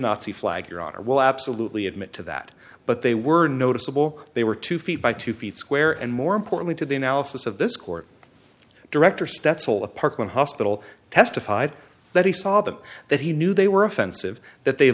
nazi flag your honor will absolutely admit to that but they were noticeable they were two feet by two feet square and more importantly to the analysis of this court director stats all of parkland hospital testified that he saw them that he knew they were offensive that they